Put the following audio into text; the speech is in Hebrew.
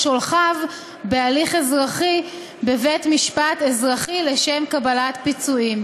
שולחיו בהליך אזרחי בבית-משפט אזרחי לשם קבלת פיצויים.